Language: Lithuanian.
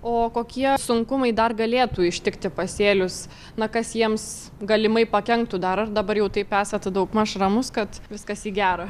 o kokie sunkumai dar galėtų ištikti pasėlius na kas jiems galimai pakenktų dar ar dabar jau taip esat daugmaž ramus kad viskas į gera